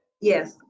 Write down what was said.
Yes